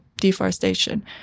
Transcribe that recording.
deforestation